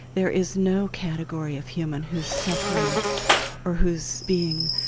there is no category of human whose suffering or whose being,